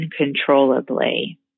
uncontrollably